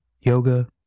Yoga